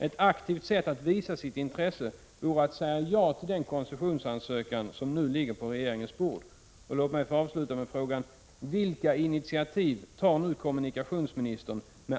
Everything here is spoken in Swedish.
Ett aktivt sätt att visa sitt intresse vore att säga ja till den koncessionsansökan som nu ligger på regeringens bord.